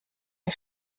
mir